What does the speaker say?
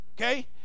Okay